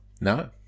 No